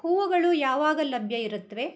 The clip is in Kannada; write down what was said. ಹೂವುಗಳು ಯಾವಾಗ ಲಭ್ಯ ಇರುತ್ವೆ